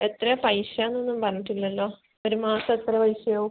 എത്രയാണ് പൈസാന്ന് ഒന്നും പറഞ്ഞിട്ട് ഇല്ലല്ലോ ഒരു മാസം എത്ര പൈസ ആകും